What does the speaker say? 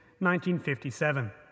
1957